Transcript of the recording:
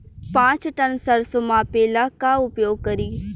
पाँच टन सरसो मापे ला का उपयोग करी?